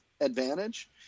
advantage